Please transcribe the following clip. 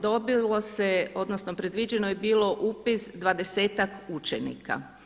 Dobilo se, odnosno predviđeno je bilo upis 20-tak učenika.